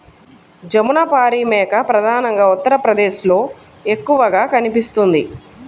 జమునపారి మేక ప్రధానంగా ఉత్తరప్రదేశ్లో ఎక్కువగా కనిపిస్తుంది